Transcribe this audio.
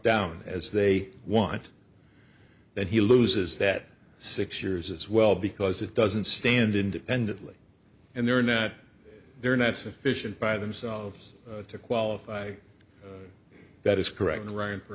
down as they want that he loses that six years as well because it doesn't stand independently and they're not they're not sufficient by themselves to qualify that is correct